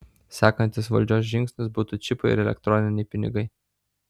sekantis valdžios žingsnis būtų čipai ir elektroniniai pinigai